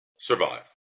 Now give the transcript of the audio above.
Survive